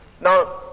Now